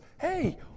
hey